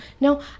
no